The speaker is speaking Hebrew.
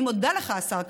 אני מודה לך, השר גלנט,